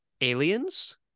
aliens